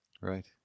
Right